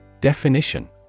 Definition